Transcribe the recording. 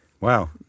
Wow